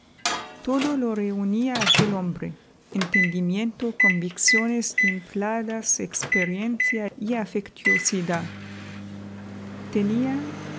todo o reunía aquel hombre entendimiento convicciones templadas experiencia y afectuosidad tenía